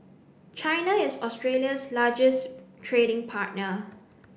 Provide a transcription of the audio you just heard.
China is Australia's largest trading partner